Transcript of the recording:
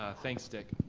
ah thanks, dick.